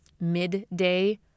midday